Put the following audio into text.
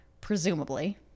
presumably